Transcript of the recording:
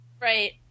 Right